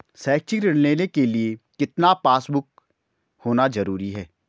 शैक्षिक ऋण लेने के लिए कितना पासबुक होना जरूरी है?